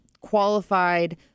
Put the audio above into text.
qualified